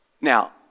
Now